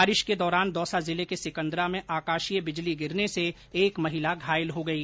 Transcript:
बारिश के दौरान दौसा ॅजिले के सिकन्दरा में आकाशीय बिजली गिरने से एक महिला घायल हो गई